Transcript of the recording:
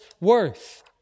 worth